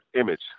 image